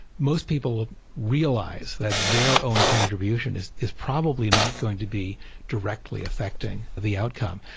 most people will realize that their own contribution is is probably not going to be directly affecting the outcome.